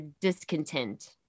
discontent